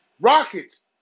Rockets